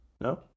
No